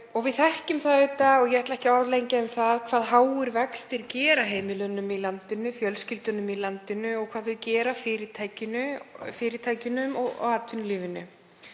Við þekkjum það auðvitað, og ég ætla ekki að orðlengja um það, hvað háir vextir gera heimilunum í landinu, fjölskyldunum í landinu og hvað þeir gera fyrirtækjunum og atvinnulífinu.